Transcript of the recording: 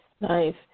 Nice